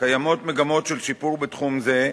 קיימות מגמות של שיפור בתחום זה,